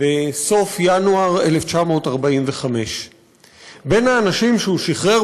בסוף ינואר 1945. בין האנשים שהוא שחרר